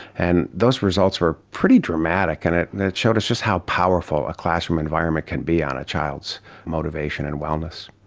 and those results were pretty dramatic and it showed us just how powerful a classroom environment can be on a child's motivation and wellness.